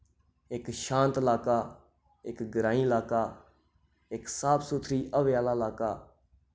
इक शांत इलाका इक ग्राईं इलाका इक साफ सुथरी हवे आह्ला इलाका